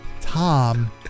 tom